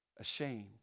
ashamed